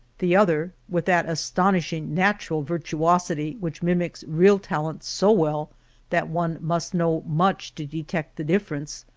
the other, with that astonish ing natural virtuosity which mimics real talent so well that one must know much to detect the difference,